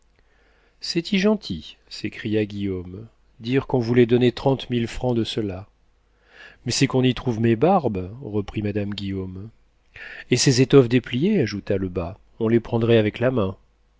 bonheur c'est-y gentil s'écria guillaume dire qu'on voulait donner trente mille francs de cela mais c'est qu'on y trouve mes barbes reprit madame guillaume et ces étoffes dépliées ajouta lebas on les prendrait avec la main